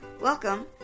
Welcome